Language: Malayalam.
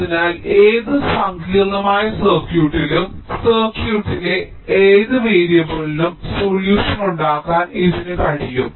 അതിനാൽ ഏത് സങ്കീർണ്ണമായ സർക്യൂട്ടിലും സർക്യൂട്ടിലെ ഏത് വേരിയബിളിനും സൊല്യൂഷൻ ഉണ്ടാക്കാൻ ഇതിന് കഴിയണം